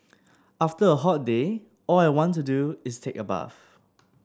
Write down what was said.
after a hot day all I want to do is take a bath